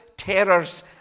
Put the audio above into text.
terrors